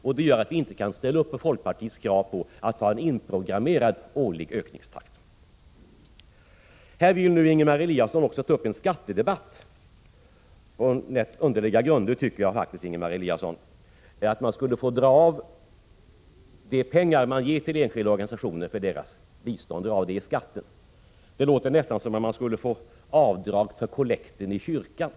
Detta gör att vi inte kan ställa upp på folkpartiets krav att ha en inprogrammerad årlig ökningstakt. Här vill Ingemar Eliasson också ta upp en skattedebatt—, som jag tycker på rätt underliga grunder. Han menar att man i samband med beskattningen skulle få dra av de pengar som man ger till enskilda organisationer för deras bistånd. Det låter nästan som om man skulle få avdrag för kollekten i kyrkan.